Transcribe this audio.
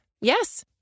Yes